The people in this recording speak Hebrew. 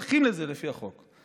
הם לא מוסמכים לזה לפי החוק.